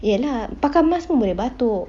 ya lah pakai mask pun boleh batuk